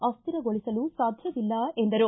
ಅತ್ತಿರಗೊಳಿಸಲು ಸಾಧ್ಯವಿಲ್ಲ ಎಂದರು